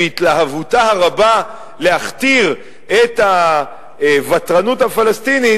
בהתלהבותה הרבה להכתיר את הוותרנות הפלסטינית,